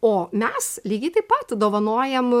o mes lygiai taip pat dovanojam